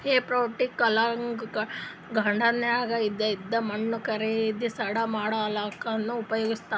ಹೆಫೋಕ್ ಹೊಲ್ದಾಗ್ ಗಾರ್ಡನ್ದಾಗ್ ಇದ್ದಿದ್ ಮಣ್ಣ್ ಕೆದರಿ ಸಡ್ಲ ಮಾಡಲ್ಲಕ್ಕನೂ ಉಪಯೊಗಸ್ತಾರ್